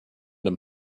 him